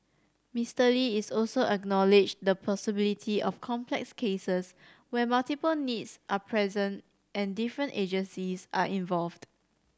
Mister Lee is also acknowledged the possibility of complex cases where multiple needs are present and different agencies are involved